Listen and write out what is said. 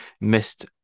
missed